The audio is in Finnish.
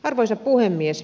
arvoisa puhemies